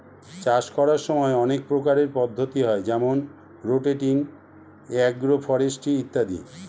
চাষ করার সময় অনেক প্রকারের পদ্ধতি হয় যেমন রোটেটিং, এগ্রো ফরেস্ট্রি ইত্যাদি